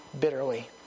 bitterly